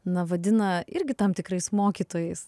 na vadina irgi tam tikrais mokytojais